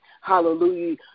Hallelujah